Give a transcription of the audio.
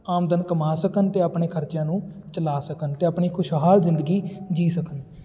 ਆਮਦਨ ਕਮਾ ਸਕਣ ਅਤੇ ਆਪਣੇ ਖਰਚਿਆਂ ਨੂੰ ਚਲਾ ਸਕਣ ਅਤੇ ਆਪਣੀ ਖੁਸ਼ਹਾਲ ਜ਼ਿੰਦਗੀ ਜੀ ਸਕਣ